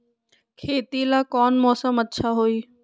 खेती ला कौन मौसम अच्छा होई?